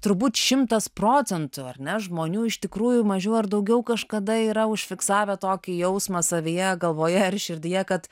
turbūt šimtas procentų ar ne žmonių iš tikrųjų mažiau ar daugiau kažkada yra užfiksavę tokį jausmą savyje galvoje ar širdyje kad